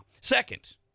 Second